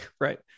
Right